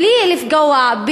בלי לפגוע,